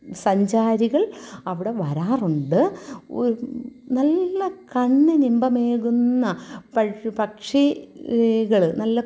സഞ്ചാരികൾ അവിടെ വരാറുണ്ട് ഓ നല്ല കണ്ണിന് ഇമ്പമേകുന്ന പക്ഷികൾ നല്ല